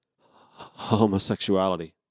homosexuality